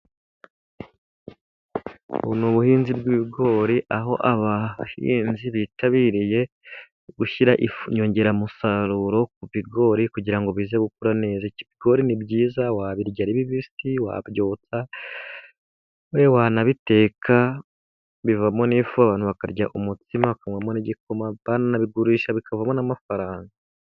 Ubu ni ubuhinzi bw'ibigori aho abahinzi bitabiriye gushyira inyongeramusaruro ku bigori, kugira ngo bize gukura neza. Ibigori ni byiza, wabirya ari bibisi, wabyotsa, wanabiteka, bivamo n'ifu abantu bakarya n'umutsima, bikanavamo n'igikoma, baranabigurisha bikavamo n'amafaranga.